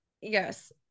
yes